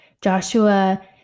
Joshua